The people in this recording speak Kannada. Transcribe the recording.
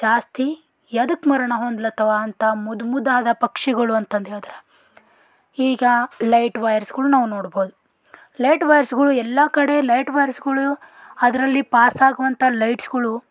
ಜಾಸ್ತಿ ಯದಕ ಮರಣ ಹೊಂದ್ಲತ್ತವೆ ಅಂತ ಮುದ್ದು ಮುದ್ದಾದ ಪಕ್ಷಿಗಳು ಅಂತಂದು ಹೇಳಿದ್ರ ಈಗ ಲೈಟ್ ವಯರ್ಸ್ಗಳು ನಾವು ನೋಡ್ಬೋದು ಲೈಟ್ ವಯರ್ಸ್ಗಳು ಎಲ್ಲ ಕಡೆ ಲೈಟ್ ವಯರ್ಸ್ಗಳು ಅದರಲ್ಲಿ ಪಾಸಾಗುವಂಥ ಲೈಟ್ಸ್ಗಳು